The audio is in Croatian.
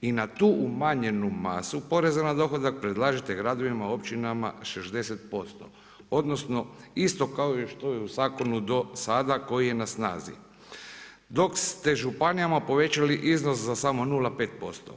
i na tu umanjenu masu poreza na dohodak predlažete gradovima, općinama 60%, odnosno isto kao što je i u zakonu do sada koji je na snazi dok ste županijama povećali iznos za samo 0,5%